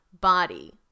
body